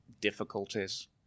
difficulties